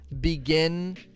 Begin